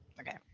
Okay